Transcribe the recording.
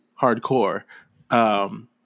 hardcore